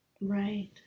Right